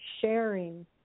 sharing